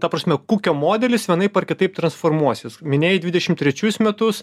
nu ta prasme kukio modelis vienaip ar kitaip transformuosis minėjai dvidešim trečius metus